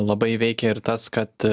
labai veikia ir tas kad